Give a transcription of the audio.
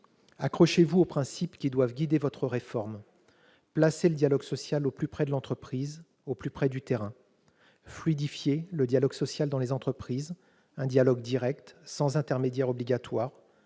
Accrochez-vous aux principes qui doivent guider votre réforme. Placez le dialogue social au plus près de l'entreprise, au plus près du terrain. Fluidifiez le dialogue social dans les entreprises, un dialogue direct, sans intermédiaires obligatoires.